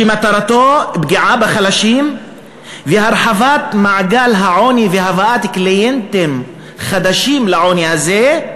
שמטרתו פגיעה בחלשים והרחבת מעגל העוני והבאת קליינטים חדשים לעוני הזה.